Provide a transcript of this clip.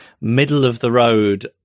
middle-of-the-road